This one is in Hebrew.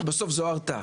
כי בסוף זו ההרתעה.